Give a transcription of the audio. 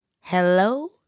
Hello